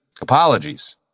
Apologies